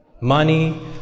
Money